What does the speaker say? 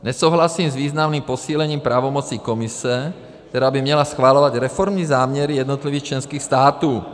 Nesouhlasím s významným posílením pravomocí Komise, která by měla schvalovat reformní záměry jednotlivých členských států.